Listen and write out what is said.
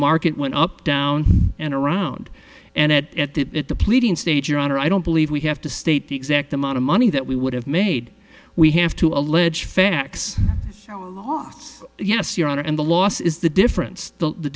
market went up down and around and at at the at the pleading stage your honor i don't believe we have to state the exact amount of money that we would have made we have to allege facts loss yes your honor and the loss is the difference the